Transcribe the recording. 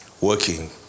working